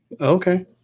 Okay